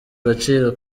gaciro